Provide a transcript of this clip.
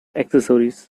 accessories